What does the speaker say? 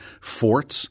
forts